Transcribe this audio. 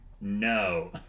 no